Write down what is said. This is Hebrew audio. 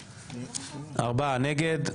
בעד, 4 נגד,